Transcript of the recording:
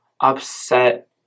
upset